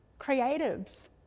Creatives